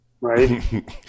right